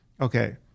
okay